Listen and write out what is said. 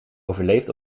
overleefd